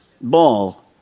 ball